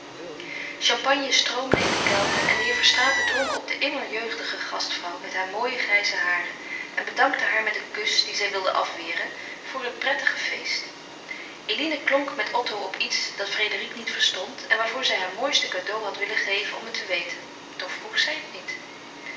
champagne stroomde in de kelken en de heer verstraeten dronk op de immer jeugdige gastvrouw met haar mooie grijze haren en bedankte haar met een kus dien zij wilde afweren voor het prettige feest eline klonk met otto op iets dat frédérique niet verstond en waarvoor zij haar mooiste cadeau had willen geven om het te weten toch vroeg zij het niet